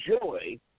Joy